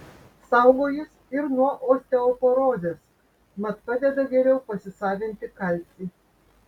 saugo jis ir nuo osteoporozės mat padeda geriau pasisavinti kalcį